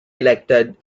elected